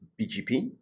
BGP